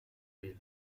bill